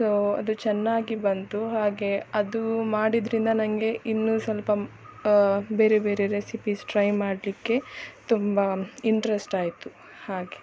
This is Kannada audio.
ಸೊ ಅದು ಚೆನ್ನಾಗಿ ಬಂತು ಹಾಗೆ ಅದು ಮಾಡಿದ್ದರಿಂದ ನನಗೆ ಇನ್ನೂ ಸ್ವಲ್ಪ ಬೇರೆ ಬೇರೆ ರೆಸಿಪಿಸ್ ಟ್ರೈ ಮಾಡಲಿಕ್ಕೆ ತುಂಬ ಇಂಟ್ರೆಸ್ಟ್ ಆಯಿತು ಹಾಗೆ